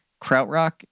Krautrock